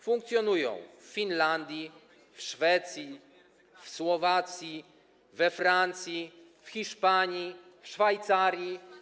Funkcjonują one w Finlandii, w Szwecji, w Słowacji, we Francji, w Hiszpanii, w Szwajcarii.